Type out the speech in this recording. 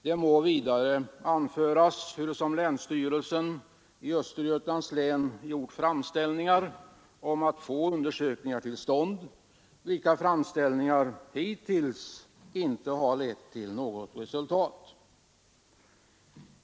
Det må vidare anföras hurusom länsstyrelsen i Östergötlands län gjort framställningar om att få undersökningar till stånd, framställningar som hittills inte lett till något resultat.